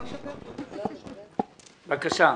טידה בבקשה.